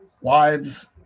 wives